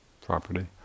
property